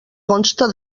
consta